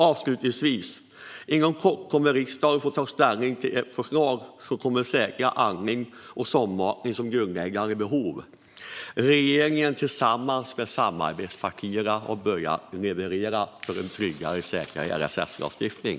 Avslutningsvis: Riksdagen kommer inom kort att ta ställning till ett förslag som ska säkra andning och sondmatning som grundläggande behov. Regeringen tillsammans med samarbetspartierna har börjat leverera för en tryggare och säkrare LSS-lagstiftning.